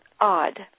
odd